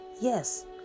Yes